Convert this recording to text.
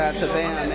ah to bam?